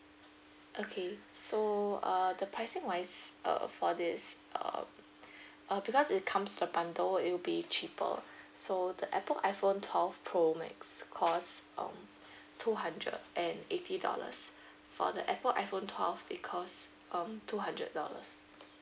okay so uh the pricing wise uh for this uh uh because it comes in a bundle it will be cheaper so the Apple iphone twelve pro max cost um two hundred and eighty dollars for the Apple iphone twelve it cost um two hundred dollars